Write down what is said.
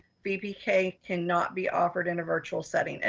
vpk cannot be offered in a virtual setting. and